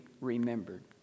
remembered